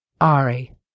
Ari